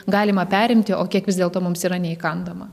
galima perimti o kiek vis dėlto mums yra neįkandama